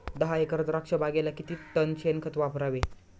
दहा एकर द्राक्षबागेला किती टन शेणखत वापरावे?